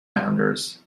founders